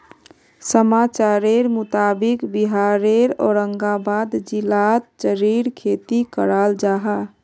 समाचारेर मुताबिक़ बिहारेर औरंगाबाद जिलात चेर्रीर खेती कराल जाहा